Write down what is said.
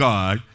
God